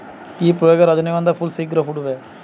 কি প্রয়োগে রজনীগন্ধা ফুল শিঘ্র ফুটবে?